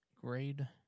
grade